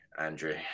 Andrew